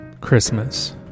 Christmas